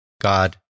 God